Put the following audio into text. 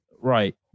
Right